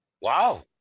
Wow